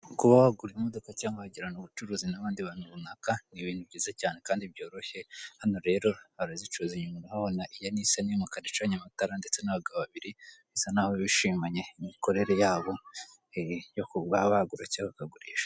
Kuba wagura imodoka cyangwa wagirana ubucuruzi n'abandi bantu runaka ni ibintu byiza cyane kandi byoroshye, hano rero barazicuruza inyuma urahabona iya nisani y'umukara icanye amatara, ndetse n'abagabo babiri basa naho bishimanye imikorere ya bo yo kuba bagura cyangwa bakagurisha.